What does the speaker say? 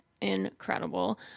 incredible